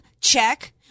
check